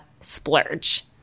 splurge